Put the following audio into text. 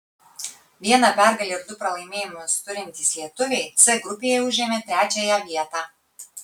vieną pergalę ir du pralaimėjimus turintys lietuviai c grupėje užėmė trečiąją vietą